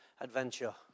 adventure